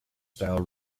style